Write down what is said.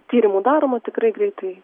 tyrimų daroma tikrai greitai